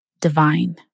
divine